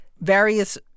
various